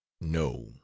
No